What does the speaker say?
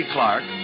Clark